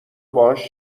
باهاش